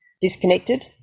disconnected